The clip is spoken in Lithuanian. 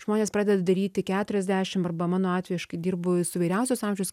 žmonės pradeda daryti keturiasdešimt arba mano atveju aš kai dirbu su įvairiausiaus amžiaus